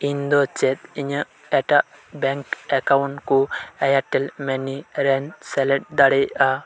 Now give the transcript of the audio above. ᱤᱧᱫᱚ ᱪᱮᱫ ᱤᱧᱟᱹᱜ ᱮᱴᱟᱜ ᱵᱮᱝᱠ ᱮᱠᱟᱣᱩᱱᱴ ᱠᱚ ᱮᱭᱟᱨᱴᱮᱞ ᱢᱟᱱᱤ ᱨᱮᱧ ᱥᱮᱞᱮᱫ ᱫᱟᱲᱮᱭᱟᱜᱼᱟ